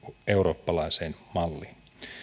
eurooppalaiseen malliin